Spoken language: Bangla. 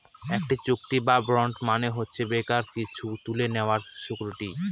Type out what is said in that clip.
একটি চুক্তি বা বন্ড মানে হচ্ছে কোনো কিছু তুলে নেওয়ার সিকুইরিটি